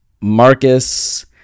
Marcus